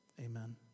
Amen